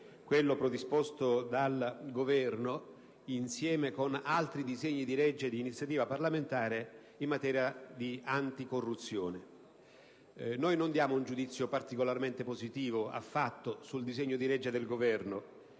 legge predisposto dal Governo, insieme con altri disegni di legge di iniziativa parlamentare, in materia anticorruzione. Non diamo affatto un giudizio particolarmente positivo sul disegno di legge di